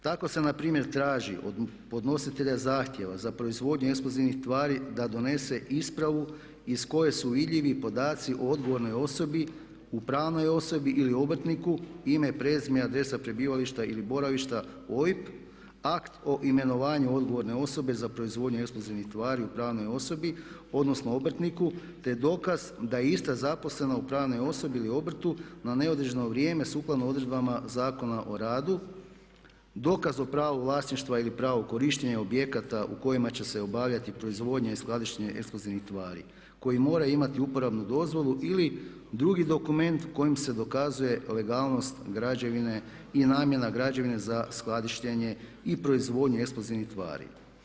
Tako se na primjer traži od podnositelja zahtjeva za proizvodnju eksplozivnih tvari da donese ispravu iz koje su vidljivi podaci o odgovornoj osobi u pravnoj osobi ili obrtniku, ime, prezime i adresa prebivališta ili boravišta, OIB, akt o imenovanju odgovorne osobe za proizvodnju eksplozivnih tvari u pravnoj osobi, odnosno obrtniku, te dokaz da je ista zaposlena u pravnoj osobi ili obrtu na neodređeno vrijeme sukladno odredbama Zakona o radu, dokaz o pravu vlasništva ili pravu korištenja objekata u kojima će se obavljati proizvodnja i skladištenje eksplozivnih tvari, koji moraju imati uporabnu dozvolu ili drugi dokument kojim se dokazuje legalnost građevine i namjena građevine za skladištenje i proizvodnju eksplozivnih tvari.